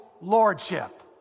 lordship